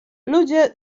ludzie